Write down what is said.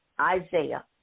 Isaiah